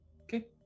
Okay